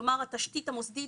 כלומר, התשתית המוסדית